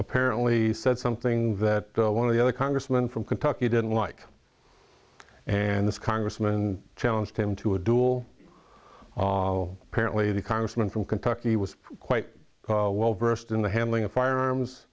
apparently said something that one of the other congressman from kentucky didn't like and this congressman challenged him to a dual apparently the congressman from kentucky was quite well versed in the handling of firearms